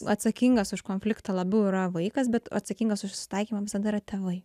atsakingas už konfliktą labiau yra vaikas bet atsakingas už susitaikymą visada yra tėvai